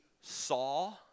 saw